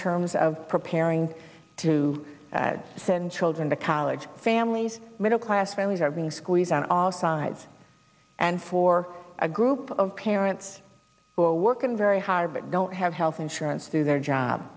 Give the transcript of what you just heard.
terms of preparing to send children to college families middle class families are being squeezed on all sides and for a group of parents working very hard but don't have health insurance through their job